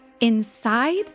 inside